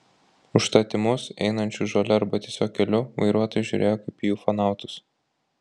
užtat į mus einančius žole arba tiesiog keliu vairuotojai žiūrėjo kaip į ufonautus